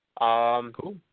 Cool